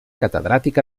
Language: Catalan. catedràtic